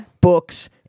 books